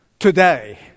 Today